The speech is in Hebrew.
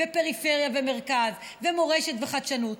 פריפריה ומרכז ומורשת וחדשנות.